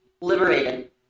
liberated